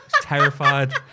terrified